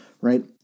right